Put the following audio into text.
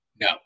No